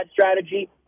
strategy